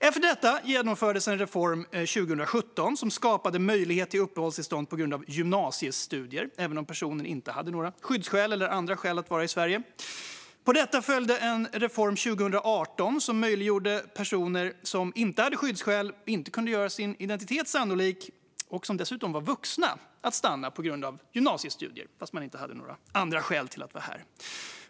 Efter detta genomfördes en reform 2017 som skapade möjlighet till uppehållstillstånd på grund av gymnasiestudier, även om personen inte hade några skyddsskäl eller andra skäl att vara i Sverige. På detta följde 2018 en reform som möjliggjorde för personer som inte hade skyddsskäl, som inte kunde göra sin identitet sannolik och som dessutom var vuxna att stanna på grund av gymnasiestudier fast de inte hade några andra skäl till att vara här.